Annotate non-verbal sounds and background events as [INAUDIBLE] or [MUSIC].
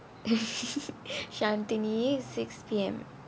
[LAUGHS] shanthini six P_M